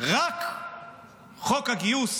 רק חוק הגיוס,